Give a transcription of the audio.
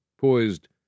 poised